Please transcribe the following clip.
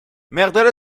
مقدار